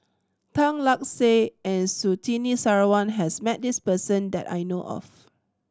Tan Lark Sye and Surtini Sarwan has met this person that I know of